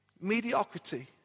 mediocrity